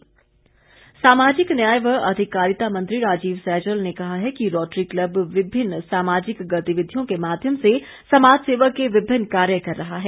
सैजल सामाजिक न्याय व अधिकारिता मंत्री राजीव सैजल ने कहा है कि रोटरी क्लब विभिन्न सामाजिक गतिविधियों के माध्यम से समाज सेवा के विभिन्न कार्य कर रहा है